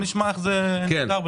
נשמע איך זה נפתר.